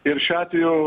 ir šiuo atveju